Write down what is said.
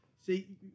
See